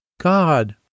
God